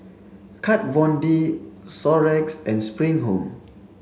Kat Von D Xorex and Spring Home